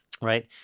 Right